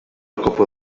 copa